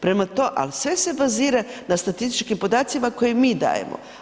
Prema tome, ali sve se bazira na statističkim podacima koje mi dajemo.